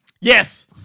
Yes